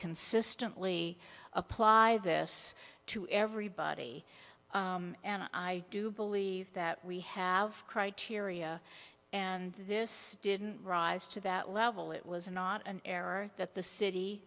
consistently apply this to everybody and i do believe that we have criteria and this didn't rise to that level it was not an error that the city